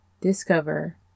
discover